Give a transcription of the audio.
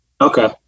Okay